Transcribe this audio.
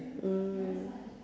mm